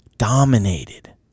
dominated